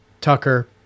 Tucker